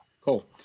Cool